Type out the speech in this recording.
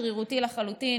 שרירותי לחלוטין,